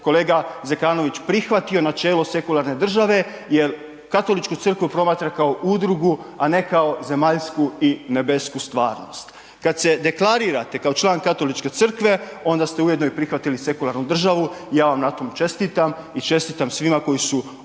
kolega Zekanović prihvatio načelo sekularne države jer Katoličku Crkvu promatra kao udrugu, a ne kao zemaljsku i nebesku stvarnost. Kad se deklarirate kao član Katoličke Crkve, onda ste ujedno i prihvatili sekularnu državu i ja vam na tome čestitam i čestitam svima koji su odgojno